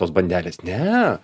tos bandelės ne